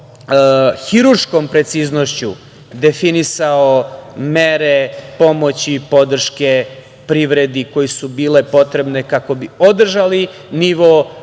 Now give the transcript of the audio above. hirurškom preciznošću definisao mere pomoći i podrške privredi koje su bile potrebne kako bi održali nivo